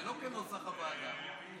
זה לא כנוסח הוועדה.